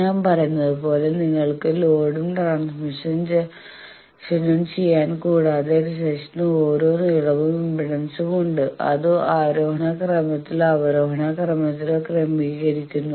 ഞാൻ പറയന്നതുപോലെ നിങ്ങൾക്ക് ലോഡും ട്രാൻസ്മിഷനും ചെയ്യാം കൂടാതെ സെക്ഷന് ഓരോ നീളവും ഇംപെഡൻസും ഉണ്ട് അത് ആരോഹണ ക്രമത്തിലോ അവരോഹണ ക്രമത്തിലോ ക്രമീകരിച്ചിരിക്കുന്നു